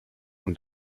und